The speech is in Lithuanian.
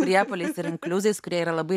priepuoliais ir inkliuzais kurie yra labai